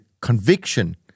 conviction